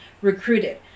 recruited